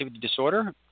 disorder